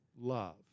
love